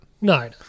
No